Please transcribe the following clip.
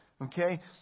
Okay